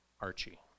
Archie